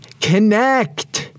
connect